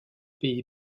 pays